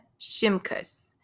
Shimkus